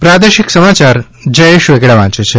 પ્રાદેશિક સમાચાર જયેશ વેગડા વાંચે છે